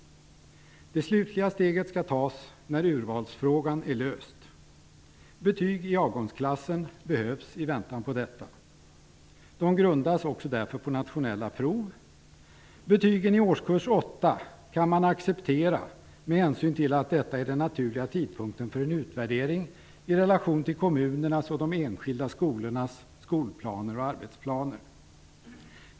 Det slutliga steget skall tas när problemet med urvalsfrågan är löst. Betyg i avgångsklassen behövs i väntan på detta. De grundas på nationella prov. Betygen i årskurs 8 kan man acceptera, med hänsyn till att detta är den naturliga tidpunkten för en utvärdering i relation till kommunernas och de enskilda skolornas skolplaner och arbetsplaner.